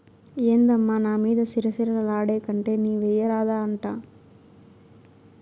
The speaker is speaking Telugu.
ఏందమ్మా నా మీద సిర సిర లాడేకంటే నీవెయ్యరాదా అంట